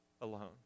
alone